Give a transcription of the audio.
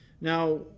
Now